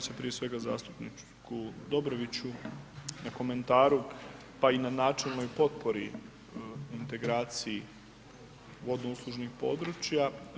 Evo se prije svega g. zastupniku Dobroviću na komentaru pa i na način i potpori integraciji vodno-uslužnih područja.